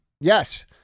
Yes